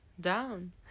down